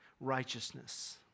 righteousness